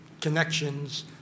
connections